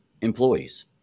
employees